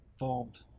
involved